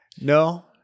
No